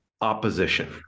opposition